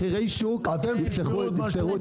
מחירי שוק יפתרו את הכול.